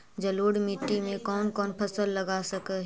जलोढ़ मिट्टी में कौन कौन फसल लगा सक हिय?